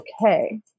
okay